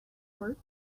work